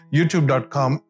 YouTube.com